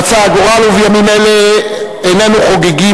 רצה הגורל ובימים אלה איננו חוגגים